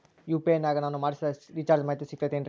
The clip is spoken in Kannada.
ಯು.ಪಿ.ಐ ನಾಗ ನಾನು ಮಾಡಿಸಿದ ರಿಚಾರ್ಜ್ ಮಾಹಿತಿ ಸಿಗುತೈತೇನ್ರಿ?